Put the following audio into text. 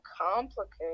complicated